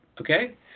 okay